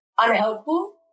unhelpful